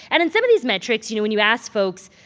and in some of these metrics, you know, when you ask folks,